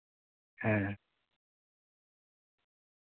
ᱦᱮᱸ